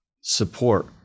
support